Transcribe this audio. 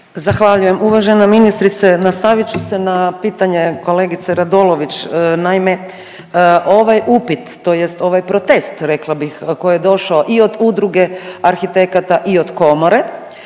Zahvaljujem uvažena ministrice. Nastavit ću se na pitanje kolegice Radolović, naime, ovaj upit tj. ovaj protest, rekla bih, koji je došao i od Udruge arhitekata i od komore,